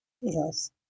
Yes